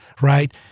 right